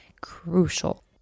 crucial